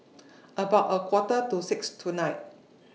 about A Quarter to six tonight